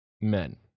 men